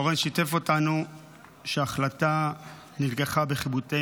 אורן שיתף אותנו שההחלטה נלקחה בחיבוטי